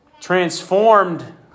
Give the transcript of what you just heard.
transformed